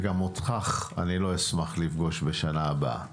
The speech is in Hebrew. וגם אותך אני לא אשמח לפגוש בשנה הבאה.